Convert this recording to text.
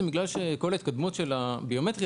בגלל שכל ההתקדמות של הביומטרי,